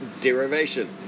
derivation